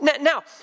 Now